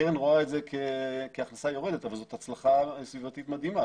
הקרן רואה זה כהכנסה יורדת אבל זאת הצלחה סביבתית מדהימה.